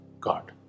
God